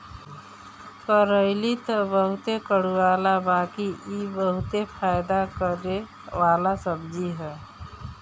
करइली तअ बहुते कड़ूआला बाकि इ बहुते फायदा करेवाला सब्जी हअ